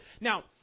Now